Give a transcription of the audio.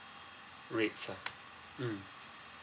rates ah mm